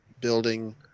building